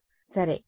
end fire సరే